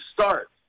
start